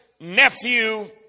nephew